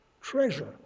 treasure